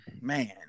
Man